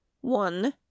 one